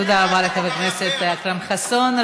תודה רבה לחבר הכנסת אכרם חסון.